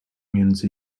między